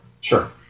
sure